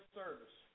service